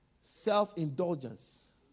Self-indulgence